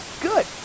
Good